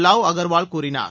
லாவ் அகர்வால் கூறினார்